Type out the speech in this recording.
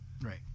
Right